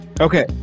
Okay